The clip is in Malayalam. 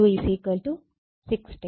എല്ലാവര്ക്കും വളരെയധികം നന്ദി